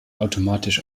automatisch